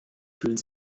fühlen